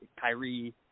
Kyrie